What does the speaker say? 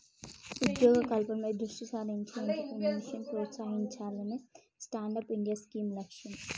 ఉద్యోగ కల్పనపై దృష్టి సారించి ఎంట్రప్రెన్యూర్షిప్ ప్రోత్సహించాలనే స్టాండప్ ఇండియా స్కీమ్ లక్ష్యం